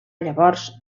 llavors